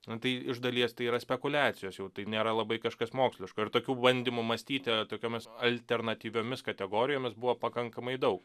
na tai iš dalies tai yra spekuliacijos jau tai nėra labai kažkas moksliško ir tokių bandymų mąstyti tokiomis alternatyviomis kategorijomis buvo pakankamai daug